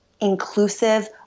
inclusive